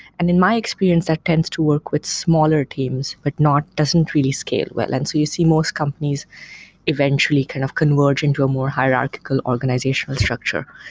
and in my experience, that tends to work with smaller teams, but doesn't really scale well. and so you see most companies eventually kind of converge into a more hierarchical organizational structure.